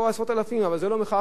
אבל זו לא מחאה חברתית אמיתית.